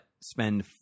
spend